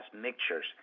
mixtures